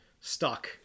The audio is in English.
stuck